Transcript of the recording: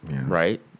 right